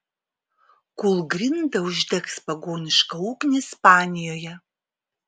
kūlgrinda uždegs pagonišką ugnį ispanijoje